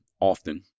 often